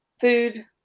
food